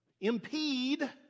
impede